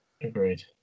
Agreed